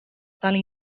tali